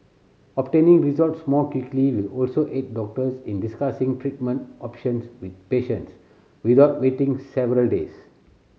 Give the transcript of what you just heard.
obtaining results more quickly will also aid doctors in discussing treatment options with patients without waiting several days